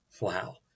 Wow